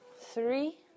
Three